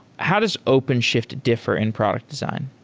how does openshift differ in product design?